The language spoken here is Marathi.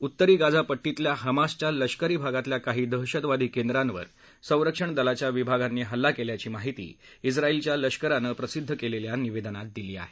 उत्तरी गाझा पट्टीतल्या हमासच्या लष्करी भागातल्या काही दहशतवादी केंद्रांवर संरक्षण दलाच्या विभागांनी हल्ला केल्याची माहिती इस्रायलच्या लष्करानं प्रसिद्ध केलेल्या निवेदनात दिली आहे